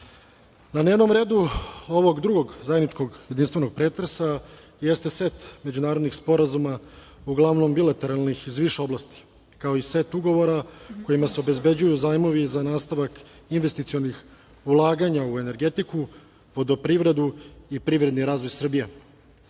dnevnom redu ovog drugog zajedničkog jedinstvenog pretresa jeste set međunarodnih sporazuma, uglavnom bilateralnih iz više oblasti, kao i set ugovora, kojima se obezbeđuju zajmovi za nastavak investicionih ulaganja u energetiku, vodoprivredu i privredni razvoj Srbije.